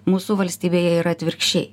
mūsų valstybėje yra atvirkščiai